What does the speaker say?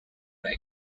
were